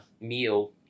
meal